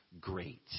great